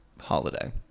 holiday